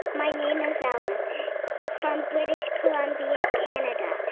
my name is ellen from british columbia, canada.